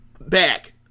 back